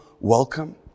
welcome